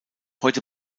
heute